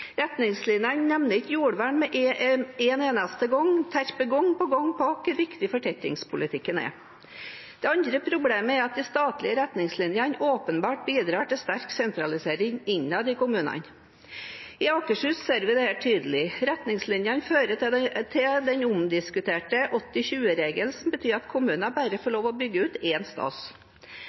Retningslinjene nevner ikke jordvern en eneste gang, men terper gang på gang på hvor viktig fortettingspolitikken er. Det andre problemet er at de statlige retningslinjene åpenbart bidrar til sterk sentralisering innad i kommunene. I Akershus ser vi dette tydelig. Retningslinjene fører til den omdiskuterte 80/20-regelen, som betyr at kommuner bare får lov til å bygge ut